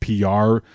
PR